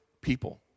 people